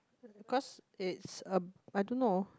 because it's a I don't know